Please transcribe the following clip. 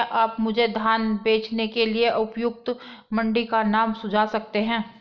क्या आप मुझे धान बेचने के लिए उपयुक्त मंडी का नाम सूझा सकते हैं?